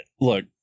Look